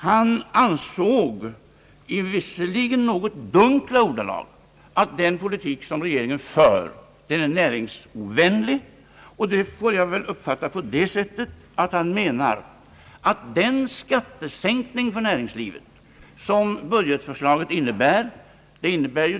Han ansåg i visserligen något dunkla ordalag att den politik som regeringen för är näringsovänlig. Det får jag väl uppfatta på det sättet att han menar att den skattesänkning för näringslivet som budgetförslaget innebär är otillräcklig.